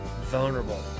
vulnerable